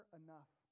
enough